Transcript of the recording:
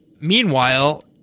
Meanwhile